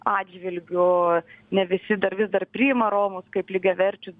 atžvilgiu ne visi dar vis dar priima romus kaip lygiaverčius